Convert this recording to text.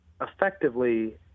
effectively